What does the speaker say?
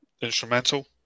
instrumental